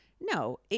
No